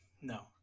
No